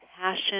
Passion